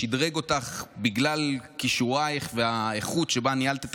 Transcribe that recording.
ששדרג אותך בגלל כישורייך והאיכות שבה ניהלת את